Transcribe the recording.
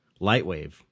Lightwave